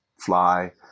fly